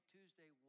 Tuesday